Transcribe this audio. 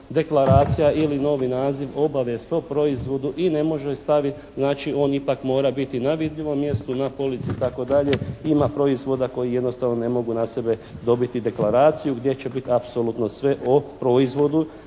deklaracija ili novi naziv, obavijest o proizvodu i ne može staviti. Znači on ipak mora biti na vidljivom mjestu, na polici, itd. Ima proizvoda koji jednostavno ne mogu na sebe dobiti deklaraciju gdje će biti apsolutno sve o proizvodu,